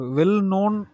well-known